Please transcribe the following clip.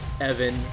Evan